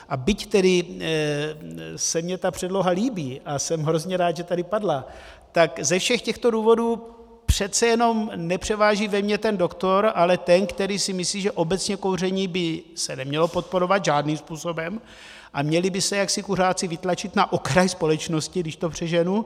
A byť tedy se mně ta předloha líbí a jsem hrozně rád, že tady padla, tak ze všech těchto důvodů přece jenom nepřeváží ve mně ten doktor, ale ten, který si myslí, že obecně kouření by se nemělo podporovat žádným způsobem a měli by se jaksi kuřáci vytlačit na okraj společnosti, když to přeženu.